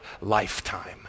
lifetime